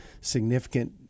significant